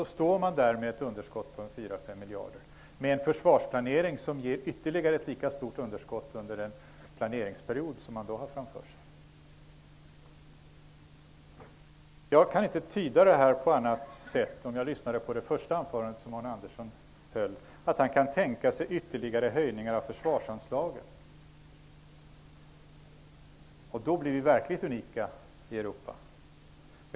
Då står man där med ett underskott på 4-5 miljarder och med en försvarsplanering som ger ett ytterligare lika stort underskott under den planeringsperiod som man då har framför sig. Jag kan inte tyda Arne Anderssons första anförande på annat sätt än att han kan tänka sig ytterligare höjningar av försvarsanslagen. Då blir vi verkligt unika i Europa.